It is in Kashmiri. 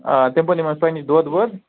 آ تَمہِ پتہٕ نِمو نہٕ أسۍ تۄہہِ نِش دۄد وۄد